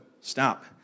stop